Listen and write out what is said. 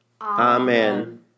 Amen